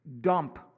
Dump